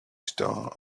star